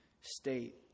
state